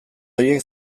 horiek